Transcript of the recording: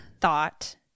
thought